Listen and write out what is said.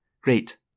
Great